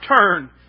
turn